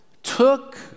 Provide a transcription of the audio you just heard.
took